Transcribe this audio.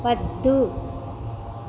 వద్దు